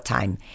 time